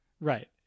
right